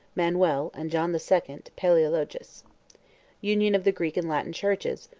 manuel, and john the second, palaeologus union of the greek and latin churches,